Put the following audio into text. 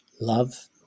love